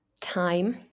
time